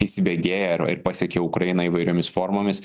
įsibėgėja ir ir pasiekia ukrainą įvairiomis formomis